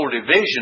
division